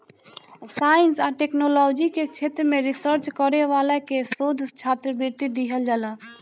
science आ technology के क्षेत्र में रिसर्च करे वाला के शोध छात्रवृत्ति दीहल जाला